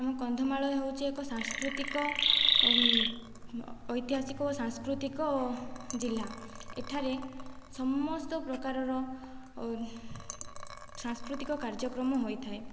ଆମ କନ୍ଧମାଳ ହେଉଛି ଏକ ସାଂସ୍କୃତିକ ଐତିହାସିକ ଓ ସାଂସ୍କୃତିକ ଜିଲ୍ଲା ଏଠାରେ ସମସ୍ତ ପ୍ରକାରର ସାଂସ୍କୃତିକ କାର୍ଯ୍ୟକ୍ରମ ହୋଇଥାଏ